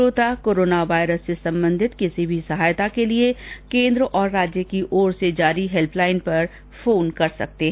श्रोता corona virus से संबंधित किसी भी सहायता के लिए कोन्द्र और राज्य की ओर से जारी हेल्प लाइन नम्बर पर फोन कर सकते हैं